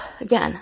again